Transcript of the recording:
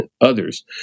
others